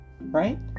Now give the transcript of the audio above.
right